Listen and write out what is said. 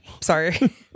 sorry